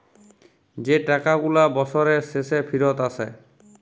যে টাকা গুলা বসরের শেষে ফিরত আসে